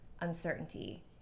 uncertainty